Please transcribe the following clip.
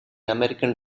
american